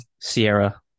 Sierra